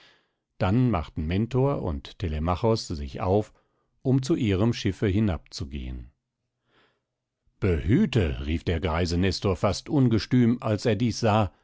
dann machten mentor und telemachos sich auf um zu ihrem schiffe hinabzugehen behüte rief der greise nestor fast ungestüm als er dies sah